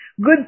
good